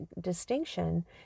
distinction